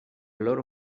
loro